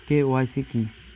KYC কী?